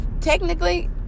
technically